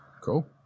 Cool